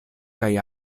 kaj